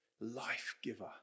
Life-Giver